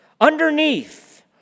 Underneath